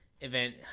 event